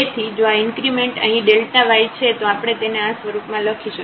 તેથી જો આ ઇન્ક્રીમેન્ટ અહીં y છે તો આપણે તેને આ સ્વરૂપમાં લખી શકીએ